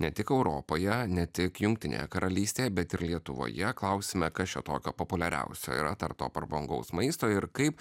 ne tik europoje ne tik jungtinėje karalystėje bet ir lietuvoje klausime kas čia tokio populiariausio yra tarp to prabangaus maisto ir kaip